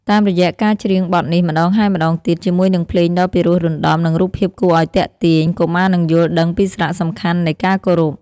តាមរយៈការច្រៀងបទនេះម្តងហើយម្តងទៀត ជាមួយនឹងភ្លេងដ៏ពិរោះរណ្ដំ និងរូបភាពគួរឲ្យទាក់ទាញ កុមារនឹងយល់ដឹងពីសារៈសំខាន់នៃការគោរព។